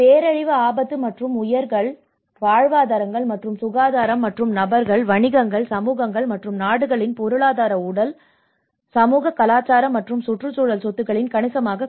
பேரழிவு ஆபத்து மற்றும் உயிர்கள் வாழ்வாதாரங்கள் மற்றும் சுகாதாரம் மற்றும் நபர்கள் வணிகங்கள் சமூகங்கள் மற்றும் நாடுகளின் பொருளாதார உடல் சமூக கலாச்சார மற்றும் சுற்றுச்சூழல் சொத்துக்களின் கணிசமான குறைப்பு